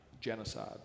genocide